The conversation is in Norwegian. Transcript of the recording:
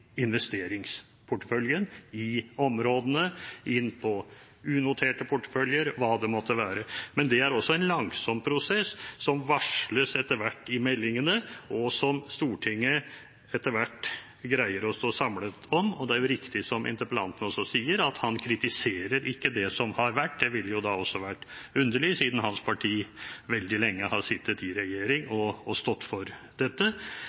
investeringsporteføljen i områdene inn på unoterte porteføljer og hva det måtte være. Men det er også en langsom prosess som varsles etter hvert i meldingene, og som Stortinget etter hvert greier å stå samlet om. Det er riktig som interpellanten også sier, at han kritiserer ikke det som har vært, det ville da også ha vært underlig, siden hans parti veldig lenge har sittet i regjering og stått for dette,